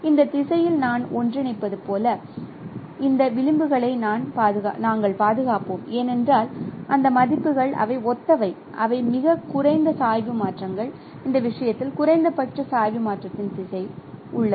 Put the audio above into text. இந்த திசையில் நான் ஒன்றிணைப்பது போல இந்த விளிம்புகளை நாங்கள் பாதுகாப்போம் ஏனென்றால் அந்த மதிப்புகள் அவை ஒத்தவை அவை மிகக் குறைந்த சாய்வு மாற்றங்கள் இந்த விஷயத்தில் குறைந்தபட்ச சாய்வு மாற்றத்தின் திசை உள்ளது